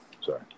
Sorry